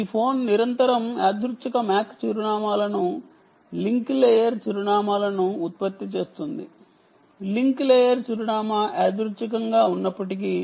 ఈ ఫోన్ నిరంతరం యాదృచ్ఛిక MAC అడ్రస్ను లింక్ లేయర్ అడ్రస్ను ఉత్పత్తి చేస్తుంది లింక్ లేయర్ అడ్రస్ యాదృచ్ఛికంగా ఉన్నప్పటికీ